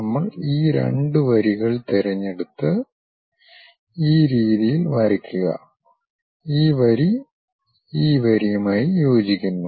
നമ്മൾ ഈ രണ്ട് വരികൾ തിരഞ്ഞെടുത്ത് ഈ രീതിയിൽ വരയ്ക്കുക ഈ വരി ഈ വരിയുമായി യോജിക്കുന്നു